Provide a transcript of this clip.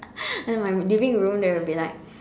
and then my living room there will be like